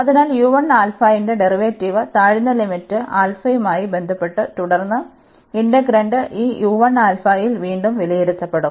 അതിനാൽ ന്റെ ഡെറിവേറ്റീവ് താഴ്ന്ന ലിമിറ്റ് മായി ബന്ധപ്പെട്ട് തുടർന്ന് ഇന്റഗ്രാന്റ് ഈ ൽ വീണ്ടും വിലയിരുത്തപ്പെടും